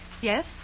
Yes